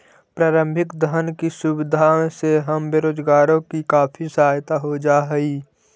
प्रारंभिक धन की सुविधा से हम बेरोजगारों की काफी सहायता हो जा हई